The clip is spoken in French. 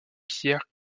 pierre